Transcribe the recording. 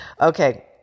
Okay